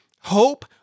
hope